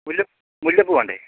മുല്ല മുല്ലപ്പൂ വേണ്ടേ